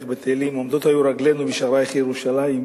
בירושלים: עומדות היו רגלינו בשערייך ירושלים,